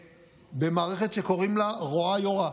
במערכת שקוראים לה "רואָה יורָה",